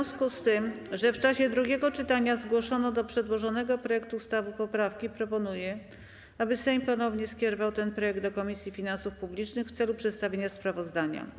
W związku z tym, że w czasie drugiego czytania zgłoszono do przedłożonego projektu ustawy poprawki, proponuję, aby Sejm ponownie skierował ten projekt do Komisji Finansów Publicznych w celu przedstawienia sprawozdania.